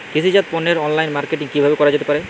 কৃষিজাত পণ্যের online marketing কিভাবে করা যেতে পারে?